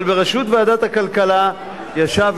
אבל בראשות ועדת הכלכלה ישב,